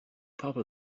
papa